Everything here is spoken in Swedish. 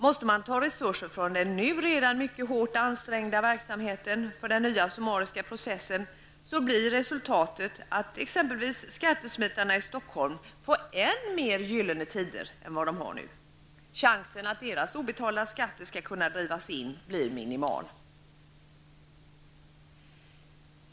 Måste man ta resurser från den nu redan mycket hårt ansträngda verksamheten för den nya summariska processen blir resultatet att t.ex. skattesmitarna i Stockholm får än mer gyllene tider. Chansen att deras obetalda skatter skall kunna drivas in blir minimal!